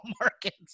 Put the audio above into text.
markets